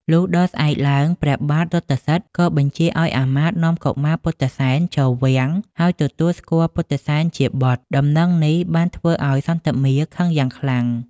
លុះដល់ស្អែកឡើង ព្រះបាទរថសិទ្ធិក៏បញ្ជាឲ្យអាមាត្យនាំកុមារពុទ្ធិសែនចូលវាំង ហើយទទួលស្គាល់ពុទ្ធិសែនជាបុត្រដំណឹងនេះបានធ្វើឲ្យសន្ធមារខឹងយ៉ាងខ្លាំង។